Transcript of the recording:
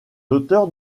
auteurs